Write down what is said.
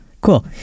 Cool